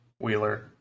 Wheeler